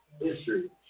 History